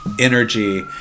energy